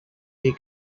they